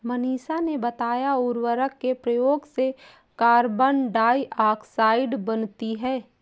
मनीषा ने बताया उर्वरक के प्रयोग से कार्बन डाइऑक्साइड बनती है